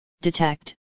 detect